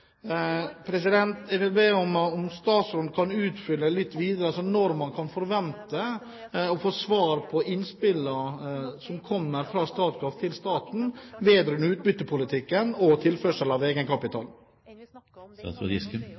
Jeg vil be statsråden om å utfylle videre når man kan forvente å få svar på innspillene som kommer fra Statkraft til staten vedrørende utbyttepolitikken og tilførsel av